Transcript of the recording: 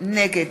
נגד